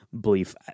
belief